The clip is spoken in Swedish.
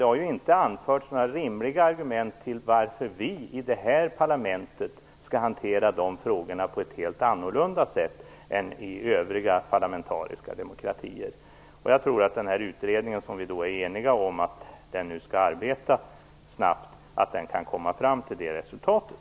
Det har inte anförts några rimliga argument till varför vi i det här parlamentet skall hantera frågorna på ett helt annorlunda sätt än i övriga parlamentariska demokratier. Jag tror att utredningen, som vi är eniga om skall arbeta snabbt, kan komma fram till det resultatet.